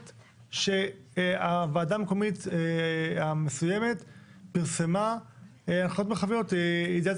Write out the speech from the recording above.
שהוועדה המקומית המסויימת פרסמה הנחיות מרחביות לידיעת